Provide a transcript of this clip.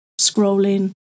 scrolling